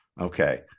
Okay